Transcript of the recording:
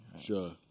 Sure